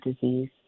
disease